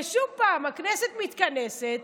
ושוב הכנסת מתכנסת.